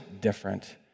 different